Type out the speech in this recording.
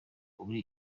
uri